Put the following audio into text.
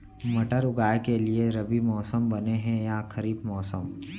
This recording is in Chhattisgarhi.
मटर उगाए के लिए रबि मौसम बने हे या खरीफ मौसम?